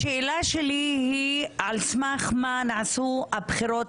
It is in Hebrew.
השאלה שלי היא על סמך מה נעשו הבחירות